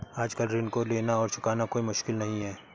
आजकल ऋण को लेना और चुकाना कोई मुश्किल नहीं है